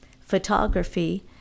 photography